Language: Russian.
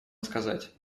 сказать